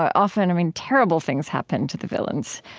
often, i mean terrible things happened to the villains.